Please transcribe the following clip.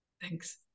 thanks